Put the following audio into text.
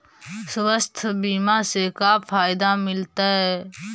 स्वास्थ्य बीमा से का फायदा मिलतै?